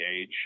age